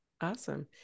Awesome